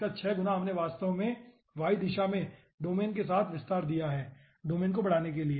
इसका 6 गुना हमने वास्तव में y दिशा में डोमेन के साथ विस्तार दिया है डोमेन को बढ़ाने के लिए